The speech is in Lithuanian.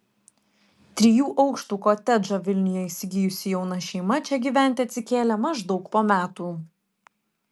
trijų aukštų kotedžą vilniuje įsigijusi jauna šeima čia gyventi atsikėlė maždaug po metų